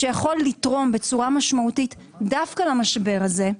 שיכול לתרום משמעותית דווקא למשבר הזה,